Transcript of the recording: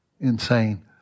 insane